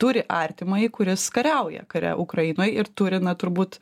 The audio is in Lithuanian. turi artimąjį kuris kariauja kare ukrainoj ir turi na turbūt